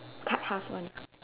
cut half one